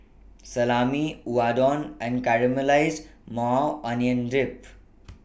Salami Unadon and Caramelized Maui Onion Dip